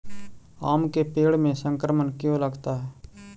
आम के पेड़ में संक्रमण क्यों लगता है?